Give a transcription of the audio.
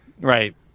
right